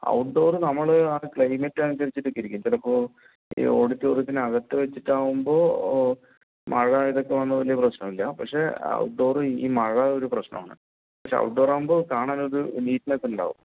outdoor നമ്മൾ climate അനുസരിച്ചിട്ട് ചെയ്യും ചിലപ്പോൾ ഔഡിറ്റോറിയത്തിന് അകത്ത് വച്ചിട്ട് ആകുമ്പോൾ മഴ ഇതൊക്കെ വന്നാൽ വലിയ പ്രശ്നം ഇല്ല പക്ഷേ ഔട്ട്ഡോർ ഈ മഴ ഒരു പ്രശ്നം ആണ് പക്ഷേ ഔട്ട്ഡോർ ആകുമ്പോൾ കാണാൻ ഒരു നീറ്റ്നെസ്സ് ഉണ്ടാകും